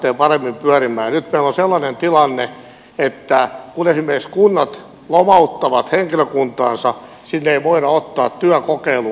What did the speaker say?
nyt meillä on sellainen tilanne että kun esimerkiksi kunnat lomauttavat henkilökuntaansa sinne ei voida ottaa työkokeiluun ketään